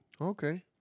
Okay